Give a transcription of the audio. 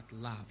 love